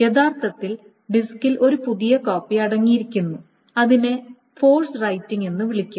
യഥാർത്ഥത്തിൽ ഡിസ്കിൽ ഒരു പുതിയ കോപ്പി അടങ്ങിയിരിക്കുന്നു അതിനെ ഫോഴ്സ് റൈറ്റിംഗ് എന്ന് വിളിക്കുന്നു